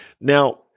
Now